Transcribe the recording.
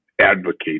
advocate